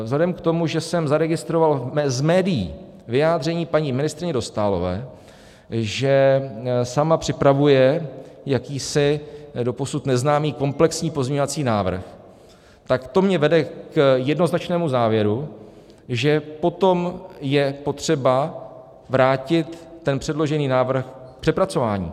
Vzhledem k tomu, že jsem zaregistroval z médií vyjádření paní ministryně Dostálové, že sama připravuje jakýsi doposud neznámý komplexní pozměňovací návrh, tak to mě vede k jednoznačnému závěru, že potom je potřeba vrátit předložený návrh k přepracování.